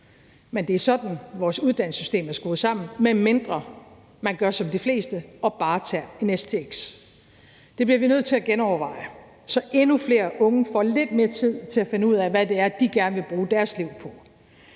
Men det er sådan, vores uddannelsessystem er skruet sammen, medmindre man gør som de fleste og bare tager en stx. Det bliver vi nødt til at genoverveje, så endnu flere unge får lidt mere tid til at finde ud af, hvad det er, de gerne vil bruge deres liv på.